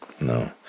No